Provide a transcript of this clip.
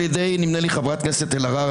נדמה לי על ידי חברת הכנסת אלהרר,